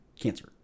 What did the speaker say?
cancer